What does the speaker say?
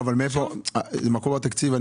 מקור בתקציב,